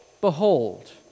behold